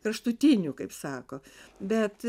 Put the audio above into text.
kraštutinių kaip sako bet